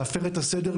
להפר את הסדר,